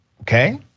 okay